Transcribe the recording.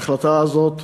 בהחלטה הזאת